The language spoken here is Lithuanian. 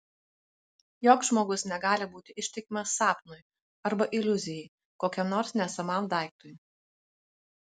joks žmogus negali būti ištikimas sapnui arba iliuzijai kokiam nors nesamam daiktui